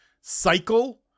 cycle